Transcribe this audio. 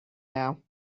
now